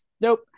Nope